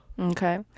Okay